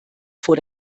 vor